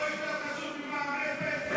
זה לא יותר חשוב ממע"מ אפס?